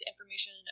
information